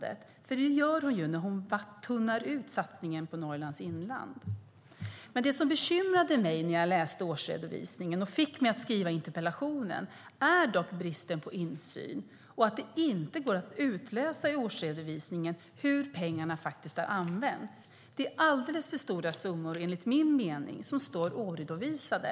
Det gör hon ju när hon tunnar ut satsningen på Norrlands inland. Det som bekymrade mig när jag läste årsredovisningen och som fick mig att skriva interpellationen är dock bristen på insyn och att det inte går att utläsa i årsredovisningen hur pengarna faktiskt har använts. Det är enligt min mening alldeles för stora summor som står oredovisade.